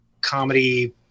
comedy